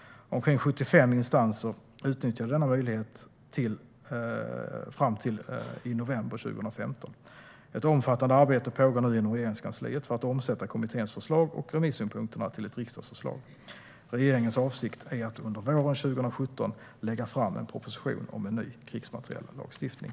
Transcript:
Omkring 75 instanser utnyttjade denna möjlighet fram till november 2015. Ett omfattande arbete pågår nu inom Regeringskansliet för att omsätta kommitténs förslag och remissynpunkterna till ett riksdagsförslag. Regeringens avsikt är att under våren 2017 lägga fram en proposition om en ny krigsmateriellagstiftning.